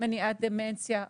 מניעת דמנציה.